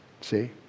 See